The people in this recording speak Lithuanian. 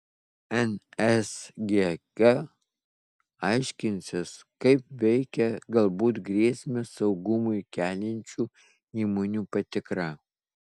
nsgk aiškinsis kaip veikia galbūt grėsmę saugumui keliančių įmonių patikra